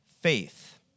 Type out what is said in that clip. faith